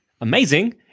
amazing